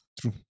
True